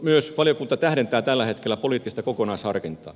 myös valiokunta tähdentää tällä hetkellä poliittista kokonaisharkintaa